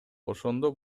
ошондо